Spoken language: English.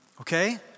Okay